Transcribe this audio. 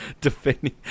defending